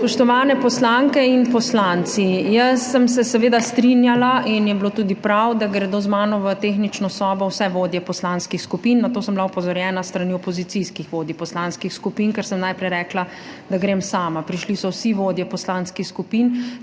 Spoštovani poslanke in poslanci! Jaz sem se seveda strinjala in je bilo tudi prav, da gredo z mano v tehnično sobo vse vodje poslanskih skupin. Na to sem bila opozorjena s strani opozicijskih vodij poslanskih skupin, ker sem najprej rekla, da grem sama. Prišli so vsi vodji poslanskih skupin,